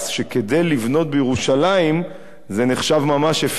שכדי לבנות בירושלים זה נחשב ממש "הפרו תורתך"?